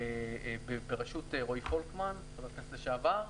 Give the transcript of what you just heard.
בראשות רועי פולקמן, חבר הכנסת לשעבר.